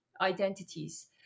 identities